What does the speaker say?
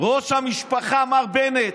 ראש המשפחה מר בנט.